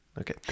Okay